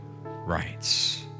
rights